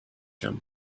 him